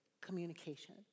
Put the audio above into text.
communication